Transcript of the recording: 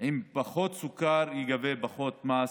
עם פחות סוכר ייגבה פחות מס,